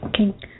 Okay